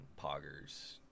poggers